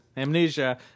amnesia